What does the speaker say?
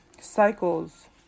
Cycles